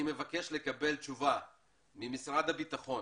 אני מבקש לקבל תשובה ממשרד הבטחון,